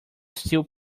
steel